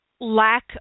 lack